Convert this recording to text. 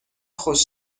خوش